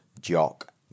Jock